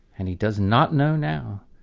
and he does not know now,